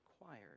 required